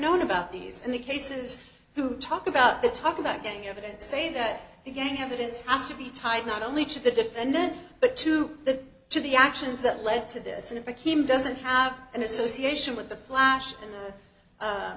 known about these and the cases who talk about the talk about getting evidence say that again evidence has to be tied not only to the defendant but to the to the actions that led to this and became doesn't have an association with the flash